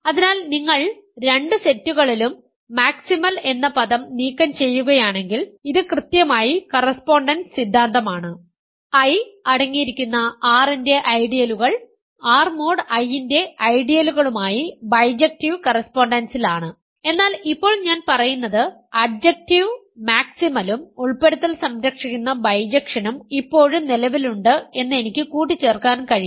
അതിനാൽ നിങ്ങൾ രണ്ട് സെറ്റുകളിലും മാക്സിമൽ എന്ന പദം നീക്കംചെയ്യുകയാണെങ്കിൽ ഇത് കൃത്യമായി കറസ്പോണ്ടൻസ് സിദ്ധാന്തമാണ് I അടങ്ങിയിരിക്കുന്ന R ന്റെ ഐഡിയലുകൾ R മോഡ് I ന്റെ ഐഡിയലുകളുമായി ബൈജക്ടീവ് കറസ്പോണ്ടൻസിലാണ് എന്നാൽ ഇപ്പോൾ ഞാൻ പറയുന്നത് അഡ്ജെക്റ്റീവ് മാക്സിമലും ഉൾപ്പെടുത്തൽ സംരക്ഷിക്കുന്ന ബൈജക്ഷനും ഇപ്പോഴും നിലവിലുണ്ട് എന്ന് എനിക്ക് കൂട്ടിച്ചേർക്കാൻ കഴിയും